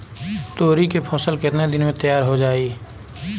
तोरी के फसल केतना दिन में तैयार हो जाई?